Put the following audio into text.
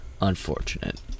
Unfortunate